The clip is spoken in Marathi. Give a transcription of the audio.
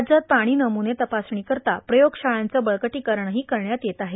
राज्यात पाणी नमुने तपासणीकरिता प्रयोगशाळांचं बळकटीकरण करण्यात येत आहे